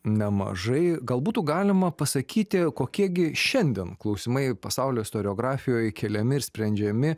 nemažai gal būtų galima pasakyti kokie gi šiandien klausimai pasaulio istoriografijoj keliami ir sprendžiami